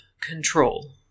control